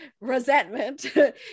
Resentment